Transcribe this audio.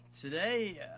today